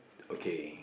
okay